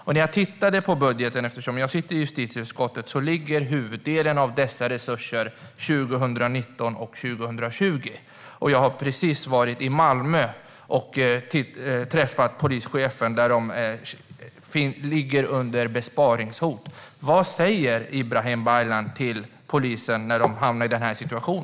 Eftersom jag sitter i justitieutskottet tittade jag i budgeten och såg att huvuddelen av dessa resurser ligger 2019 och 2020. Jag har just varit i Malmö, där polisen lever under besparingshot, och träffat polischefen. Vad säger Ibrahim Baylan till polisen när de hamnar i denna situation?